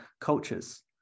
cultures